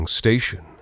station